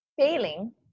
failing